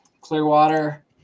Clearwater